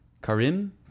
Karim